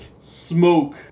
smoke